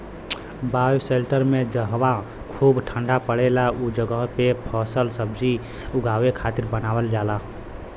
bioshelter में जहवा खूब ठण्डा पड़ेला उ जगही पे फलसब्जी उगावे खातिर बनावल जाला